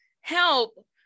help